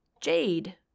Jade